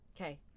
Okay